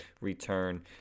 return